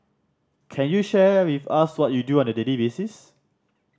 can you share with us what you do on a daily basis